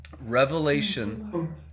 revelation